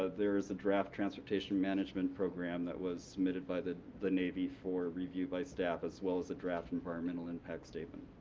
ah there's a draft transportation management program that was submitted by the the navy for review by staff, as well as a draft environmental impact statement.